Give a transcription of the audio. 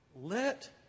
let